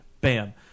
bam